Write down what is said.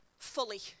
fully